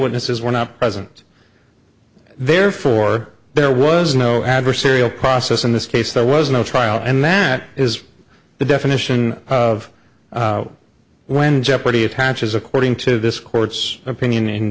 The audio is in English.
witnesses were not present therefore there was no adversarial process in this case there was no trial and that is the definition of when jeopardy attaches according to this court's opinion in